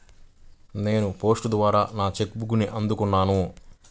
నేను పోస్ట్ ద్వారా నా చెక్ బుక్ని అందుకున్నాను